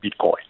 bitcoin